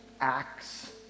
acts